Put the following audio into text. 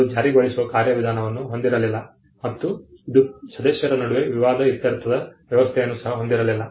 ಅದು ಜಾರಿಗೊಳಿಸುವ ಕಾರ್ಯವಿಧಾನವನ್ನು ಹೊಂದಿರಲಿಲ್ಲ ಮತ್ತು ಇದು ಸದಸ್ಯರ ನಡುವೆ ವಿವಾದ ಇತ್ಯರ್ಥದ ವ್ಯವಸ್ಥೆಯನ್ನು ಸಹ ಹೊಂದಿರಲಿಲ್ಲ